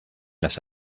las